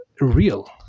real